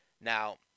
Now